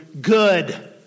good